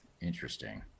Interesting